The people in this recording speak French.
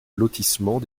lotissement